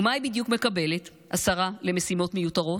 ומה היא בדיוק מקבלת, השרה למשימות מיותרות?